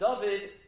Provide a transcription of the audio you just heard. David